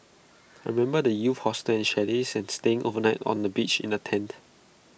I remember the youth hostels chalets and staying overnight on the beach in A tent